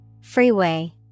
Freeway